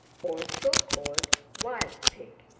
also called wild pig,